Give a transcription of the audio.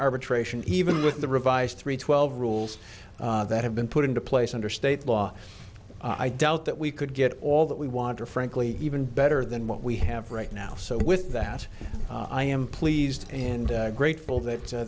arbitration even with the revised three twelve rules that have been put into place under state law i doubt that we could get all that we want or frankly even better than what we have right now so with that i am pleased and grateful that